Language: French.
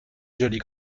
jolie